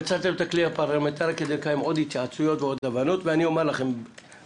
ניצלתם את הכלי הפרלמנטרי כדי לקיים עוד התייעצויות ולהגיע לעוד הבנות.